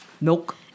Milk